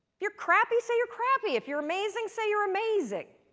you're crappy, say you're crappy! if you're amazing say you're amazing!